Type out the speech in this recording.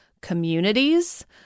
communities